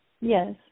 Yes